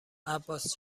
عباس